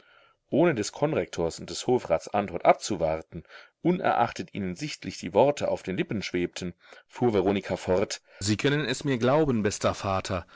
ohne des konrektors und des hofrats antwort abzuwarten unerachtet ihnen sichtlich die worte auf den lippen schwebten fuhr veronika fort sie können es mir glauben bester vater